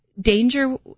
danger